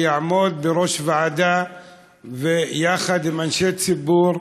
שיעמוד בראש ועדה יחד עם אנשי ציבור